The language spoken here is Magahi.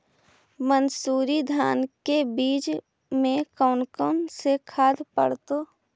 मंसूरी धान के बीज में कौन कौन से खाद पड़तै?